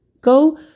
go